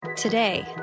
Today